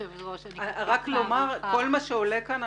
רק לומר שכל מה שעולה כאן,